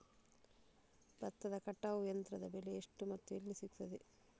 ಭತ್ತದ ಕಟಾವು ಯಂತ್ರದ ಬೆಲೆ ಎಷ್ಟು ಮತ್ತು ಎಲ್ಲಿ ಸಿಗುತ್ತದೆ?